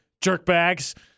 jerkbags